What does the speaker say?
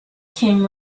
came